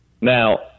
Now